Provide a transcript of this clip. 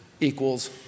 equals